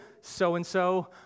so-and-so